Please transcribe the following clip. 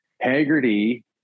Haggerty